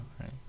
right